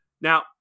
now